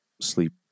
sleep